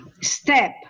step